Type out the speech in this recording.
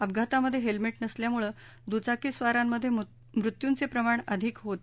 अपघातामध्ये helmet नसल्यामुळे द्चाकीस्वारांमध्ये मृत्यूवे प्रमाण अधिक होते